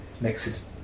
mixes